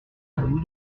aboud